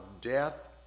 death